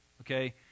okay